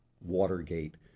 Watergate